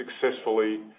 successfully